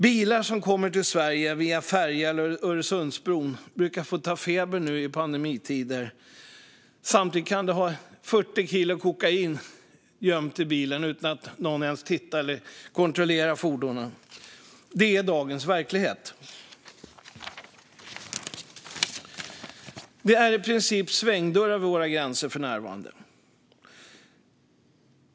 De som kommer med bil till Sverige via färja eller Öresundsbron brukar få ta febern nu i pandemitider. Samtidigt kan de ha 40 kilo kokain gömt i bilen utan att någon ens kontrollerar fordonen. Det är dagens verklighet. Det är i princip svängdörrar vid våra gränser för närvarande.